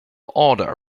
order